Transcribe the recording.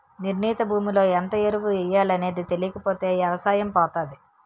నిర్ణీత భూమిలో ఎంత ఎరువు ఎయ్యాలనేది తెలీకపోతే ఎవసాయం పోతాది